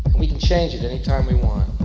we can change it anytime we want.